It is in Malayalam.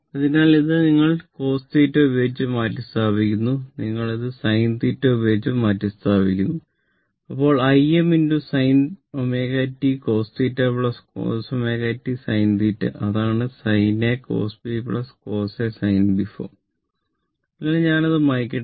അതിനാൽ ഞാൻ അത് മായ്ക്കട്ടെ